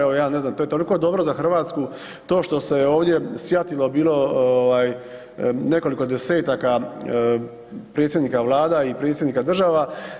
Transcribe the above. Evo ja ne znam, to je toliko dobro za RH to što se ovdje sjatilo bilo ovaj nekoliko desetaka predsjednika vlada i predsjednika država.